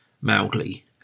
Mowgli